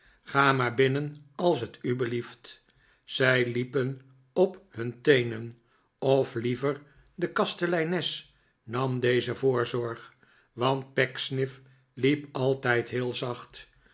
ga maar binnen als t u belieft zij liepen op nun teenen of liever de kasteleines nam deze voorzorg want pecksniff liep altijd heel zacht